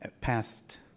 past